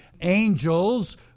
angels